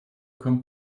kommt